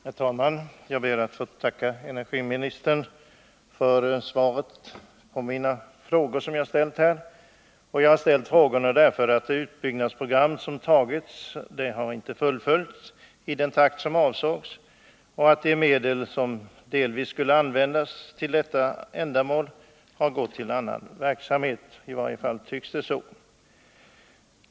Herr talman! Jag ber att få tacka energiministern för svaret på de frågor jag ställt: Anledningen till dessa är att det utbyggnadsprogram som antagits inte fullföljts i den takt som avsetts och att de medel som till en del skulle ha använts till det aktuella ändamålet har gått till annan verksamhet — i varje fall tycks det så.